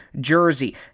jersey